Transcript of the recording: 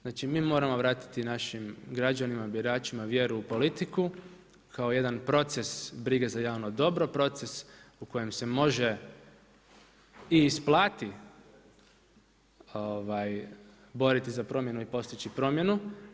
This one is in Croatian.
Znači, mi moramo vratiti našim građanima, biračima vjeru u politiku kao jedan proces brige za javno dobro, proces u kojem se može i isplati boriti za promjenu i postići promjenu.